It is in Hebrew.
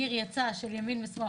ניר יצא של ימין ושמאל.